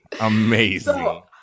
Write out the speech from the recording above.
amazing